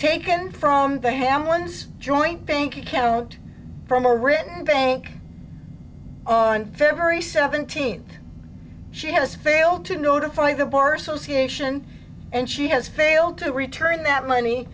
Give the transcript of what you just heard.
taken from the ham ones joint bank account from a written bank on february seventeenth she has failed to notify the bar association and she has failed to return that money